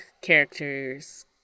characters